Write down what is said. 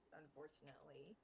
unfortunately